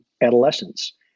adolescence